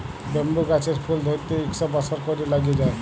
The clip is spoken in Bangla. ব্যাম্বু গাহাচের ফুল ধ্যইরতে ইকশ বসর ক্যইরে ল্যাইগে যায়